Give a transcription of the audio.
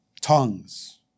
Tongues